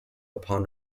upon